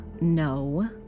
No